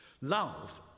Love